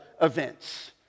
events